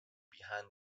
behind